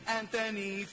Anthony